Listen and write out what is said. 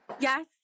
yes